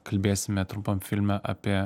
kalbėsime trumpam filme apie